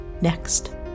next